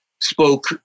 spoke